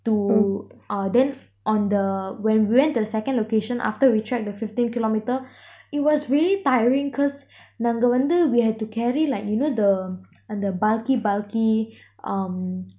to ah then on the when we went to the second location after we trek the fifteen kilometre it was really tiring cause நாங்க வந்து:nanga vanthu we had to carry like you know the அந்த:antha bulky bulky um